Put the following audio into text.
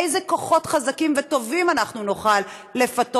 איזה כוחות חזקים וטובים אנחנו נוכל לפתות